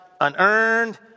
unearned